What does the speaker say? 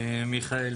מיכאל,